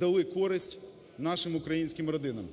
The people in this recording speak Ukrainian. дали користь нашим українським родинам.